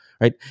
right